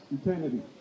eternity